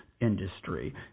Industry